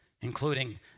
Including